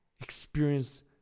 Experience